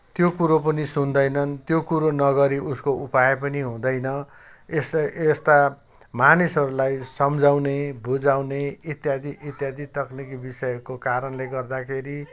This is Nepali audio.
त्यो कुरो पनि सुन्दैनन् त्यो कुरो नगरि उसको उपाय पनि हुँदैन यस्ता यस्ता मानिसहरूलाई सम्झाउने बुझाउने इत्यादि इत्यादि तकनिकी विषयको कारणले गर्दाखेरी